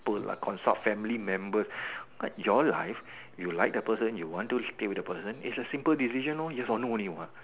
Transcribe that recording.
member consult family members what your life you like the person you want to stay with the person is a simple decision lor yes or no only what